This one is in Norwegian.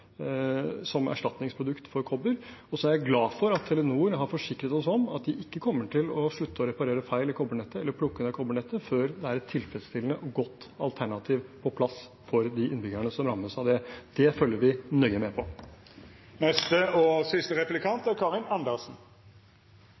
som erstatningsprodukt for kobber. Og så er jeg glad for at Telenor har forsikret oss om at de ikke kommer til å slutte å reparere feil i kobbernettet, eller plukke ned kobbernettet, før det er et tilfredsstillende og godt alternativ på plass for de innbyggerne som rammes av det. Det følger vi nøye med på. Digitalisering er nødvendig og